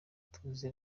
tuzi